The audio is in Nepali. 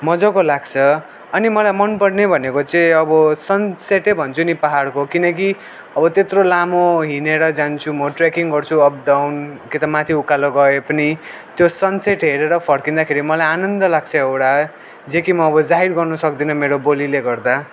मजाको लाग्छ अनि मलाई मनपर्ने भनेको चाहिँ अब सनसेटै भन्छु नि पाहाडको किनकि अब त्यत्रो लामो हिडेर जान्छु म ट्रेकिङ गर्छु अप डाउन कि त माथि उकालो गए पनि त्यो सनसेट हेरेर फर्किँदाखेरि मलाई आनन्द लाग्छ एउटा जे कि म अब जाहिर गर्न सक्दिन म मेरो बोलीले गर्दा